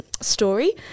story